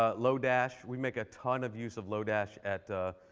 ah lodash. we make a ton of use of lodash at